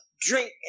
drink